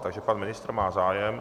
Takže pan ministr má zájem.